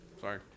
Sorry